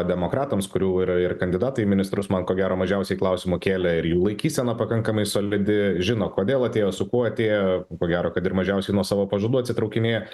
demokratams kurių yra ir kandidatai į ministrus man ko gero mažiausiai klausimų kėlė ir jų laikysena pakankamai solidi žino kodėl atėjo su kuo atėjo ko gero kad ir mažiausiai nuo savo pažadų atsitraukinėja